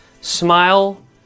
smile